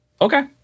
Okay